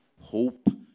hope